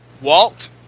Walt